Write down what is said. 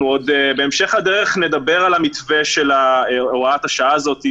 בהמשך הדרך עוד נדבר על המתווה של הוראת השעה הזאת,